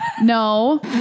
no